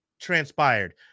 transpired